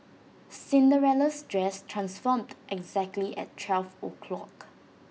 Cinderella's dress transformed exactly at twelve o' clock